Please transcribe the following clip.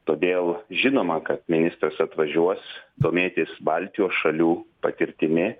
todėl žinoma kad ministras atvažiuos domėtis baltijos šalių patirtimi